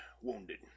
wounded